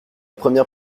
première